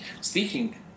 Speaking